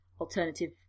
alternative